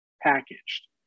packaged